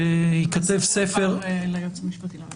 כשייכתב ספר- -- המסר הועבר ליועץ המשפטי לממשלה.